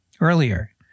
earlier